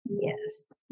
Yes